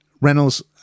Reynolds